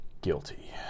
Guilty